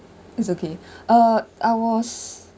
it's okay uh I was